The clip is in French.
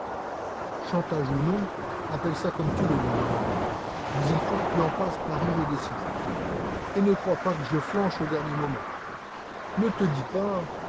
chantage ou non appelle ça comme tu veux mon bonhomme mais il faut que tu en passes par où j'ai décidé et ne crois pas que je flanche au dernier moment ne te dis pas